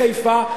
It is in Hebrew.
לחיפה,